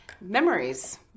memories